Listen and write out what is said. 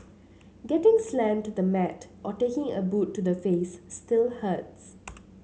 getting slammed to the mat or taking a boot to the face still hurts